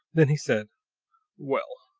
then he said well,